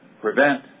prevent